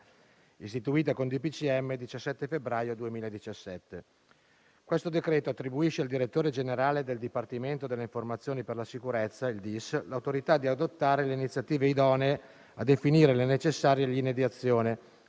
dei ministri del 17 febbraio 2017. Questo decreto attribuisce al direttore generale del Dipartimento delle informazioni per la sicurezza (DIS) l'autorità di adottare le iniziative idonee a definire le necessarie linee di azione